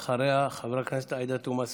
אחריה, חברת הכנסת עאידה תומא סלימאן,